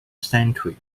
century